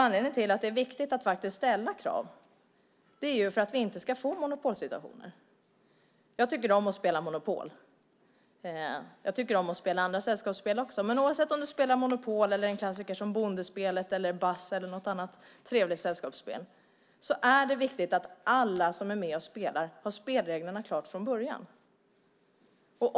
Anledningen till att det är viktigt att ställa krav är att vi inte ska få monopolsituationer. Jag tycker om att spela Monopol. Jag tycker om att spela andra sällskapsspel också. Men oavsett om man spelar Monopol, en klassiker som Bondespelet, Buzz eller något annat trevligt sällskapsspel är det viktigt att alla som är med och spelar har spelreglerna klara för sig från början.